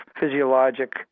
physiologic